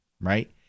right